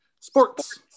sports